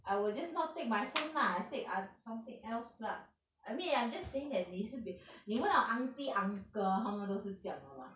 I will just not take my phone lah take ah something else lah I mean I'm just saying that 你自己你问 auntie uncle 他们都是这样的 mah